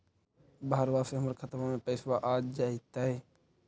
बहरबा से हमर खातबा में पैसाबा आ जैतय?